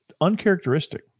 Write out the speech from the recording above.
uncharacteristic